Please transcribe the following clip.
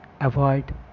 avoid